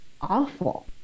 awful